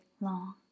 long